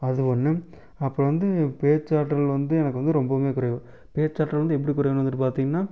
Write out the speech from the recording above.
அது ஒன்று அப்புறம் வந்து பேச்சாற்றல் வந்து எனக்கு வந்து ரொம்பவுமே குறைவு பேச்சாற்றல் வந்து எப்படி குறைவுன்னு வந்துவிட்டு பார்த்தீங்கன்னா